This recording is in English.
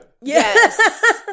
Yes